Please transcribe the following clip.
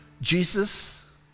Jesus